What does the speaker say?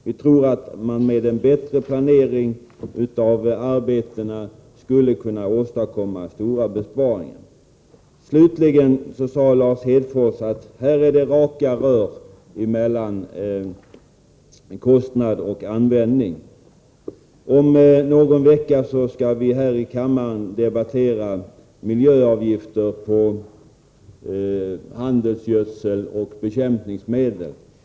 Vi tror att man med en bättre planering av arbetena skulle kunna åstadkomma stora besparingar. Slutligen sade Lars Hedfors att det är raka rör mellan kostnader och användning. Om någon vecka skall vi här i kammaren debattera propositionen om avgifter på gödseloch bekämpningsmedel.